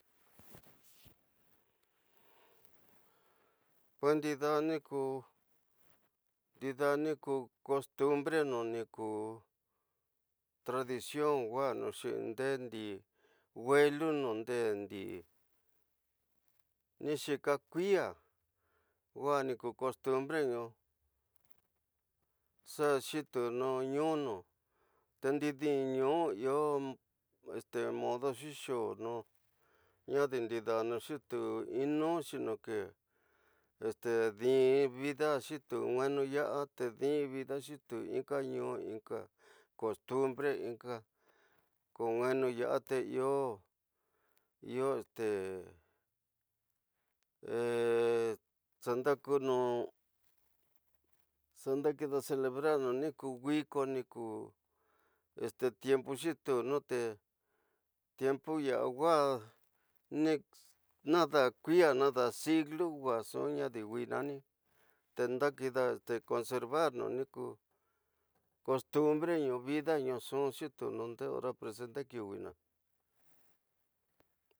pues ndida niku, ndidaniku kost bre no niku tradicion nuanu xin nde ndi welunu no nde ndi nixika kula ua ni ko kost bre nu xa xitu nu ninu te ndi nu iyo. modo xi xoo nda ndanu xitu ninu xoke este dinuvida xitu nu nu yan te disin vida xitu nka nu inka kost bre inka konuenu yua te yoo iyo. Este xanda konu xanda kida selebrar nu niku wiko niku este tempu xitunu te tiempo ya, yoo ndida kuya nda siglo waa, nxu nadanu iman te ndakidanu conserva nuini ku kost bre nu, vida nu nxu xi tunu nde ora presente kiwi na